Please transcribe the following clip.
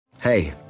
hey